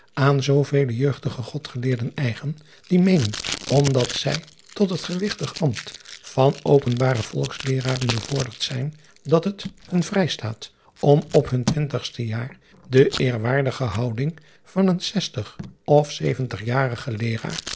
aan zoovele jeugdige odgeleerden eigen die meenen omdat zij tot het gewigtig ambt van openbare olksleeraren bevorderd zijn dat het hun vrijstaat om op hun twintigste jaar de eerwaardige houding van een zestig of zeventigjarigen